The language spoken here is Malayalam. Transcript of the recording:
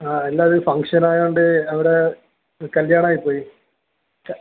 ആ എല്ലാവരും ഫംഗ്ഷനായത് കൊണ്ട് അവിടെ കല്ല്യാണമായിപ്പോയി ക